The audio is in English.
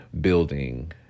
building